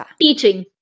Teaching